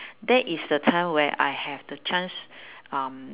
that is the time where I have the chance um